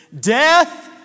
death